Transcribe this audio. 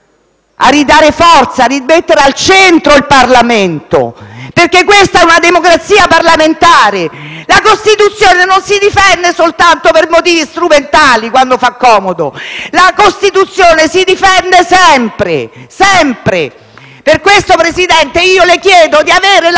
a ridare forza e a rimettere al centro il Parlamento, perché questa è una democrazia parlamentare. La Costituzione non si difende soltanto per motivi strumentali, quando fa comodo, ma la Costituzione si difende sempre. Sempre! *(Applausi dai Gruppi Misto-LeU